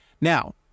Now